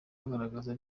bagaragaza